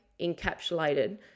encapsulated